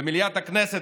במליאת הכנסת,